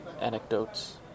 anecdotes